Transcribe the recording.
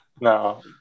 No